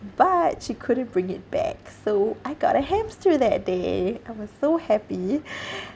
but she couldn't bring it back so I got a hamster that day I was so happy